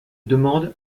demande